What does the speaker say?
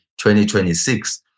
2026